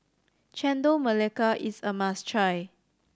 Chendol Melaka is a must try